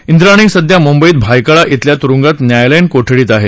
इंद्राणी सध्या मुंबईत भायखळा इथल्या तुरुंगात न्यायालयीन कोठडीत आहे